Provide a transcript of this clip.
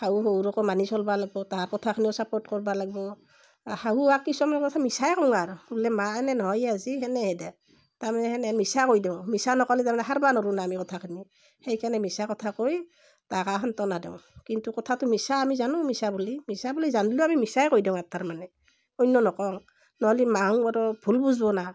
শাহু শহুৰকো মানি চলবা লাগবোঁ তাহাৰ কথাখিনিও চাপ'ৰ্ট কৰবা লাগবোঁ শাহুহাক কিছুমান কথা মিছাই কওঁ আৰ বোলে মা এনে নহয় এই আজি সেনেহে দে তাৰমানে এনে মিছা কৈ দেওঁ মিছা নকলি তাৰমানে সাৰবা নৰু না আমি কথাখিনি সেইকাৰণে মিছা কথা কৈ তাক আৰ সান্ত্বনা দেওঁ কিন্তু কথাটো মিছা আমি জানো মিছা বুলি মিছা বুলি জানলিও আমি মিছাই কৈ দেওঁ আৰ তাৰমানে অন্য নকং নহ'লি মাহুন আৰু ভুল বুজবো না